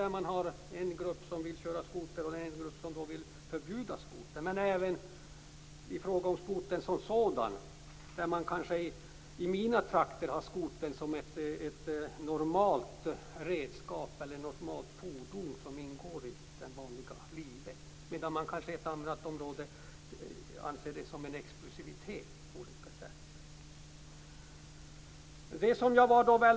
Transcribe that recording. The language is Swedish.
Det finns en grupp som vill köra skoter och en grupp som vill förbjuda skotern. Men även i fråga om skotern som sådan råder det olika uppfattningar. I mina hemtrakter ser man nog skotern som ett normalt redskap, fordon, som ingår i det vanliga livet. I ett annat område anses skotern på olika sätt kanske vara en exklusivitet.